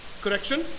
correction